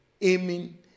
aiming